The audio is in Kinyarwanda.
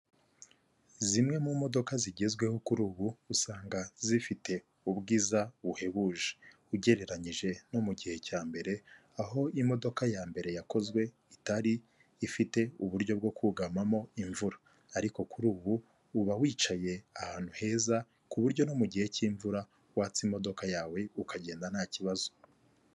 Zimwe mu modoka zigezweho kuri ubu usanga zifite ubwiza buhebuje ugereranyije no mu gihe cya mbere aho imodoka ya mbere yakozwe itari ifite uburyo bwo kugamamo imvura ariko kuri ubu uba wicaye ahantu heza ku buryo no mu gihe cy'imvura watsa imodoka yawe ukagenda nta kibazo.